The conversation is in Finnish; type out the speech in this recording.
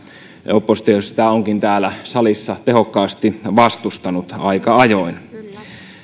oppositio sitä onkin täällä salissa tehokkaasti vastustanut aika ajoin